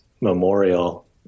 memorial